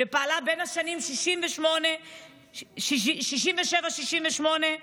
שפעלה בשנים 1967 1968,